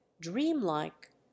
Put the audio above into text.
dreamlike